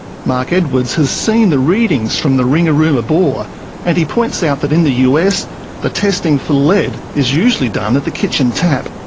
marc edwards has seen the readings from the ringarooma bore and he points out that in the us the testing for lead is usually done at the kitchen tap.